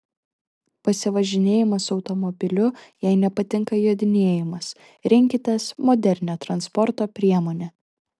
pasivažinėjimas automobiliu jei nepatinka jodinėjimas rinkitės modernią transporto priemonę